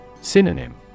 Synonym